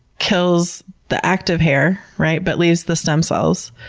kills the active hair, right? but leaves the stem cells.